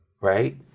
right